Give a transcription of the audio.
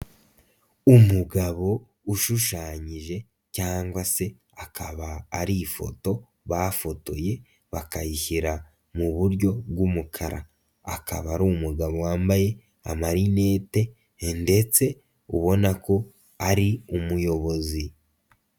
Umugabo ushushanyije cyangwa se akaba ari ifoto bafotoye bakayishyira mu buryo bw'umukara, akaba ari umugabo wambaye amarinete ndetse ubona ko ari umuyobozi.